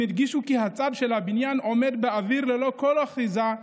הם הדגישו כי הצד של הבניין עומד באוויר ללא כל אחיזה,